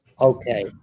Okay